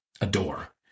adore